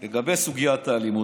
לגבי סוגיית האלימות.